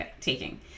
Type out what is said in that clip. taking